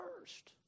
first